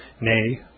nay